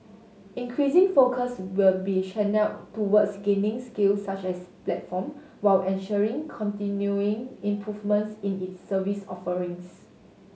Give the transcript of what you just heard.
increasing focus will be channelled towards gaining scale such as a platform while ensuring continuing improvements in its service offerings